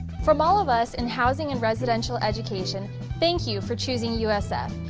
from all of us in housing and residential education, thank you for choosing us.